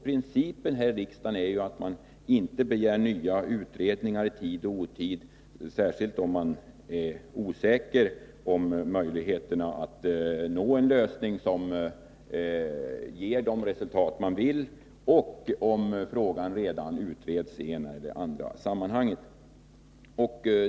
Principen här i riksdagen är att man inte begär nya utredningar i tid och otid, särskilt om man är osäker beträffande möjligheterna att nå en lösning som ger de resultat man vill nå och om frågan redan utreds i det ena eller andra sammanhanget.